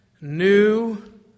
new